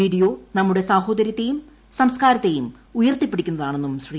video നമ്മുടെ സാഹോദരൃത്തെയും സംസ്ക്കാരത്തെയും ഉയർത്തിപ്പിടിക്കുന്നതാണെന്നും ശ്രീ